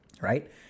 right